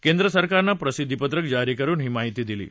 केंद्र सरकारनं प्रसिद्धीपत्रक जारी करून ही माहिती दिली आहे